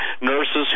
nurses